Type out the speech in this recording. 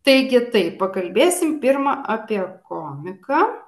taigi taip pakalbėsim pirma apie komiką